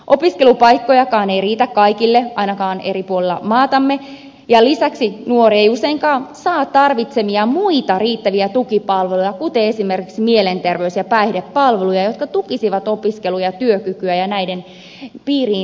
opiskelupaikkojakaan ei riitä kaikille ainakaan eri puolilla maatamme ja lisäksi nuori ei useinkaan saa tarvitsemiaan muita riittäviä tukipalveluja kuten esimerkiksi mielenterveys ja päihdepalveluja jotka tukisivat opiskelu ja työkykyä ja näiden piiriin siirtymistä